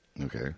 Okay